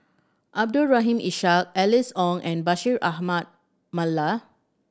Abdul Rahim Ishak Alice Ong and Bashir Ahmad Mallal